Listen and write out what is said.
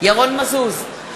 ירון מזוז,